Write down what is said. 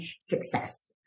success